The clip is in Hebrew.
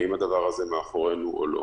האם הדבר הזה מאחורינו או לא?